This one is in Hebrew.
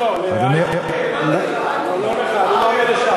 לא לך, לא, לא, לאייכלר.